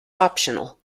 optional